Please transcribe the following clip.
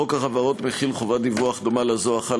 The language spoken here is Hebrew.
חוק החברות מחיל חובת דיווח דומה לזו החלה